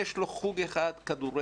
יש לו חוג אחד, כדורגל,